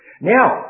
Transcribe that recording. Now